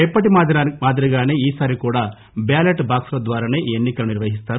ఎప్పటి మాదిరిగానే ఈసారి కూడా బ్యాలట్ బాక్సుల ద్వారానే ఈ ఎన్ని కలు నిర్వహిస్తారు